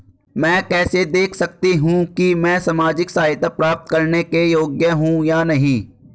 मैं कैसे देख सकती हूँ कि मैं सामाजिक सहायता प्राप्त करने के योग्य हूँ या नहीं?